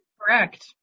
Correct